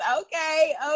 Okay